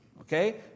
Okay